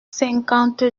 cinquante